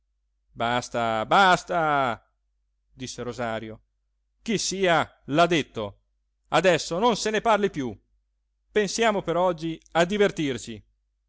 basta basta disse rosario chi sia l'ha detto adesso non se ne parli piú pensiamo per oggi a divertirci